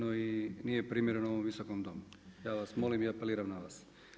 i nije primjereno ovom Visokom domu, ja vas molim i apeliram na vas.